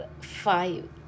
five